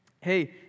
hey